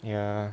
ya